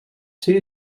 two